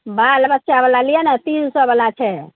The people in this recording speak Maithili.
बाल बच्चावला लिअ ने तीन सओवला छै